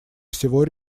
всего